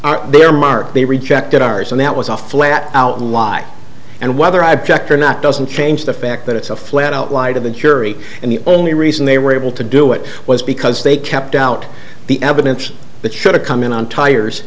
are their mark they rejected ours and that was a flat out lie and whether i object or not doesn't change the fact that it's a flat out lie to the jury and the only reason they were able to do it was because they kept out the evidence that should have come in on tires